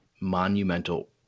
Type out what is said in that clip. monumental